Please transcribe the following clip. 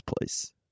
place